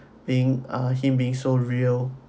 being ah him being so real